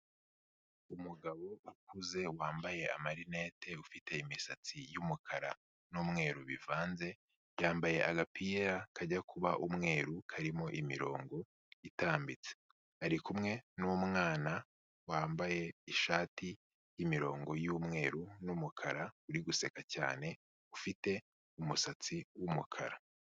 Umugabo akuze wambaye amarinete, ufite imisatsi y'umukara n'umweru bivanze, yambaye agapira kajya kuba umweru karimo imirongo itambitse, ari kumwe n'umwana wambaye ishati y'imirongo y'umweru n'umukara uri guseka cyane, ufite umusatsi w'umukara.